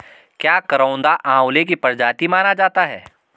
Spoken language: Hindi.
क्या करौंदा आंवले की प्रजाति माना जाता है?